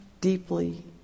deeply